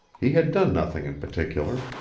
he had done nothing in particular.